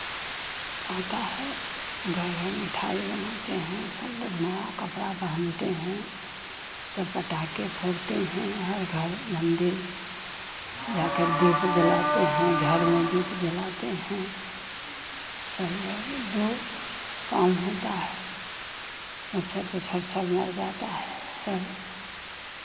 होता है घर घर मिठाई बनाते हैं सब लोग नया कपड़ा पहनते हैं सब पटाखे फोड़ते हैं हर घर मंदिर जाकर दीप जलाते हैं घर में दीप जलाते हैं सब लोग दो काम होता है मच्छर तो छब छब मर जाता है सब